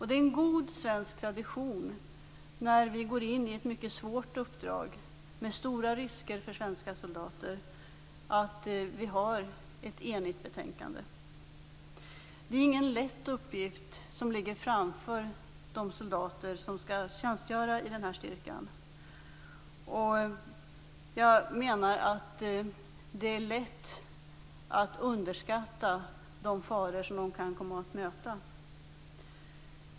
Det är en god svensk tradition att betänkandet är enigt när vi går in i ett mycket svårt uppdrag med stora risker för svenska soldater. Det är ingen lätt uppgift som ligger framför de soldater som skall tjänstgöra i styrkan. Jag menar att det är lätt att underskatta de faror som de kan komma att möta.